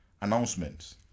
announcements